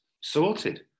Sorted